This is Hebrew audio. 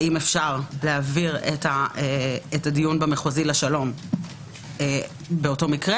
האם אפשר להעביר את הדיון במחוזי לשלום באותו מקרה